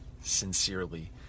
sincerely